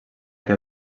que